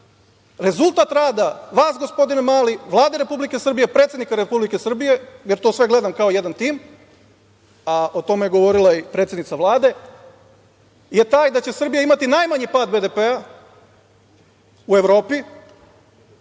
Rezultat rada vas, gospodine Mali, Vlade Republike Srbije, predsednika Republike Srbije, jer to sve gledam kao jedan tim, a o tome je govorila i predsednica Vlade, je taj da će Srbija imati najmanji pad BDP u Evropi